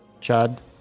Chad